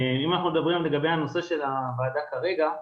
אם אנחנו מדברים לגבי הנושא של הוועדה כרגע,